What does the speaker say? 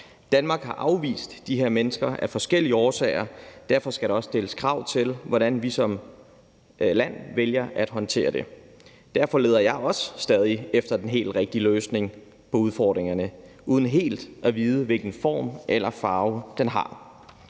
Danmark har afvist de her mennesker af forskellige årsager. Derfor skal der også stilles krav til, hvordan vi som land vælger at håndtere det. Derfor leder jeg også stadig efter den helt rigtige løsning på udfordringerne – uden helt at vide, hvilken form eller farve den har.